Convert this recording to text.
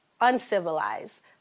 uncivilized